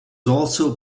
also